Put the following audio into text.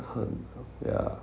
很 ya